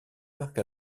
marques